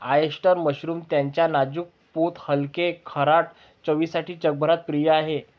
oyster mushroom त्याच्या नाजूक पोत हलके, खारट चवसाठी जगभरात प्रिय आहे